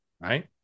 right